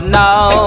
now